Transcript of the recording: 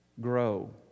grow